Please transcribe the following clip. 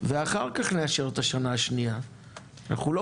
ואחר כך נאשר את השנה השנייה - אנחנו לא